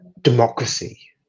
democracy